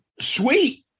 Sweet